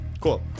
Cool